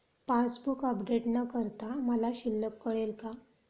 Passbook update न करता मला शिल्लक कळेल का?